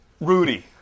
Rudy